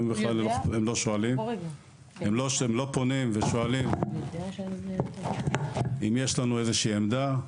היום הם בכלל לא פונים ולא שואלים אם יש לנו איזושהי עמדה.